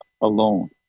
alone